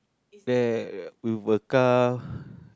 there with a car